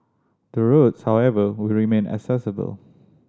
the roads however will remain accessible